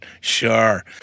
Sure